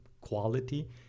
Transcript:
quality